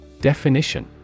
Definition